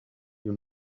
you